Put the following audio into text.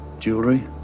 jewelry